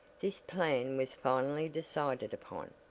this plan was finally decided upon,